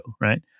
right